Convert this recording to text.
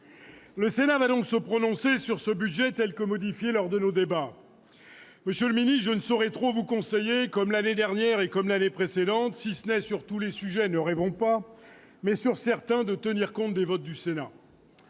Le Sénat va donc se prononcer sur le budget tel qu'il a été modifié lors de nos débats. Monsieur le secrétaire d'État, je ne saurais trop vous conseiller, comme l'année dernière et la précédente, si ce n'est sur tous les sujets- ne rêvons pas !-, au moins sur certains, de tenir compte des votes du Sénat.